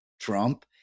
trump